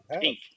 pink